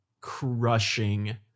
crushing